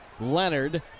Leonard